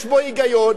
יש בו היגיון.